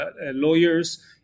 lawyers